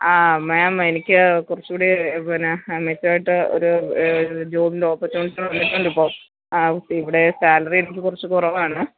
ആ മാം എനിക്ക് കുറച്ചൂടെ പിന്നെ മെച്ചമായിട്ട് ഒരു ജോബിന്റെ ഓപ്പര്ച്യൂണിറ്റി വന്നിട്ടുണ്ട് ഇപ്പോള് ആ ഇവിടെ സാലറി എനിക്ക് കുറച്ചു കുറവാണ്